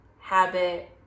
habit